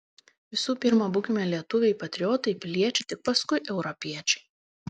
visų pirma būkime lietuviai patriotai piliečiai tik paskui europiečiai